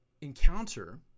encounter